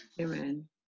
Amen